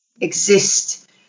exist